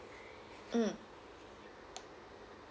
mm